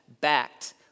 backed